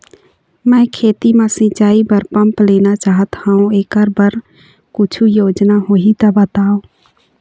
मैं खेती म सिचाई बर पंप लेना चाहत हाव, एकर बर कुछू योजना होही त बताव?